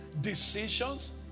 decisions